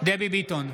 דבי ביטון,